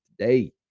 today